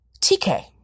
tk